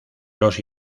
los